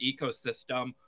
ecosystem